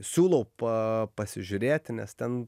siūlau pa pasižiūrėti nes ten